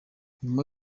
nyuma